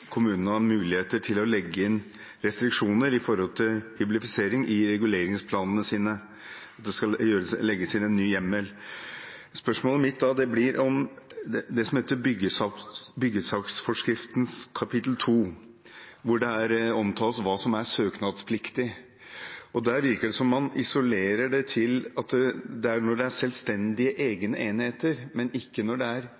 har muligheter til å legge inn restriksjoner med hensyn til hyblifisering i reguleringsplanene sine, at det skal legges inn en ny hjemmel. Spørsmålet mitt blir om det som heter byggesaksforskriftens kapittel 2, hvor det er omtalt hva som er søknadspliktig. Der virker det som om man isolerer det til at det gjelder selvstendige, egne enheter, men ikke når det er